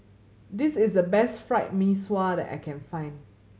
this is the best Fried Mee Sua that I can find